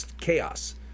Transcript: chaos